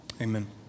Amen